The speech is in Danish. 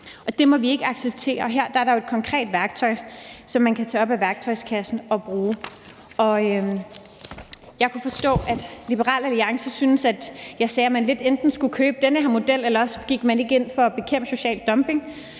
Det må vi ikke acceptere, og her er der jo et konkret værktøj, som man kan tage op af værktøjskassen og bruge. Jeg kunne forstå, at Liberal Alliance syntes, at jeg lidt sagde, at man enten skulle købe den her model, eller også gik man ikke ind for at bekæmpe social dumping.